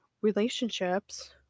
relationships